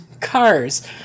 cars